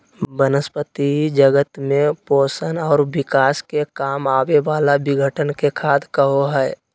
वनस्पती जगत में पोषण और विकास के काम आवे वाला विघटन के खाद कहो हइ